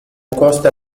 costa